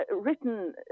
written